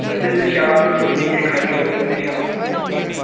ਅਸੀਂ ਸ਼ਾਮ ਨੂੰ ਨਹੀਂ ਮਿਲਣੀ ਇਹ ਖਾਣੀ ਸ਼ਾਮ ਹਨਾ